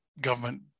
government